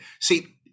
See